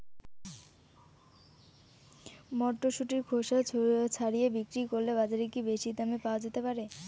মটরশুটির খোসা ছাড়িয়ে বিক্রি করলে বাজারে কী বেশী দাম পাওয়া যেতে পারে?